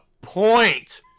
point